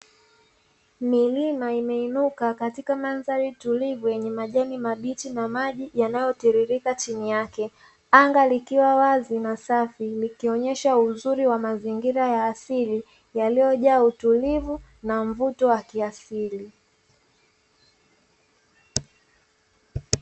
Milima imeinuka katika mandhari tulivu yenye majani mabichi na maji yanayotiririka chini yake, anga likiwa wazi na safi, likionyesha uzuri wa mazingira ya asili yaliyojaa utulivu na mvuto wa kiasili.